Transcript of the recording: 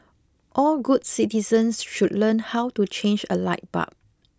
all good citizens should learn how to change a light bulb